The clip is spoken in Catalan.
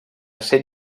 set